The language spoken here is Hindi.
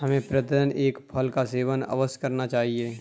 हमें प्रतिदिन एक फल का सेवन अवश्य करना चाहिए